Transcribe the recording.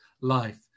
life